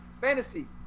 fantasy